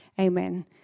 Amen